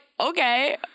Okay